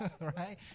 right